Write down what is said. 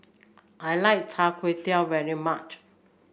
I like Char Kway Teow very much